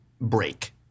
break